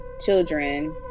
children